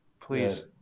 please